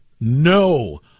No